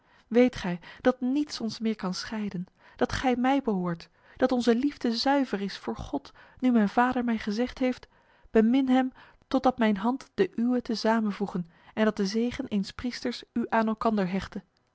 weet gij dat niets ons meer kan scheiden dat gij mij behoort dat onze liefde zuiver is voor god nu mijn vader mij gezegd heeft bemin hem totdat mijn hand de uwe te samen voege en dat de zegen eens priesters u aan elkander hechte